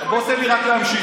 אתה כועס, בוא, תן לי רק להמשיך.